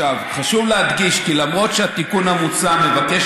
חשוב להדגיש כי למרות שהתיקון המוצע מבקש